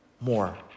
more